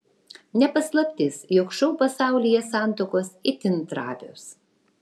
ne paslaptis jog šou pasaulyje santuokos itin trapios